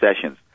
sessions